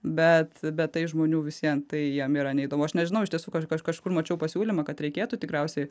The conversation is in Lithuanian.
bet bet tai žmonių vis vien tai jiem yra neįdomu aš nežinau iš tiesų kaž kažkur mačiau pasiūlymą kad reikėtų tikriausiai